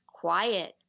quiet